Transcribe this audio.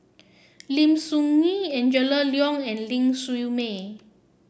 Lim Soo Ngee Angela Liong and Ling Siew May